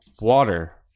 Water